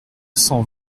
cent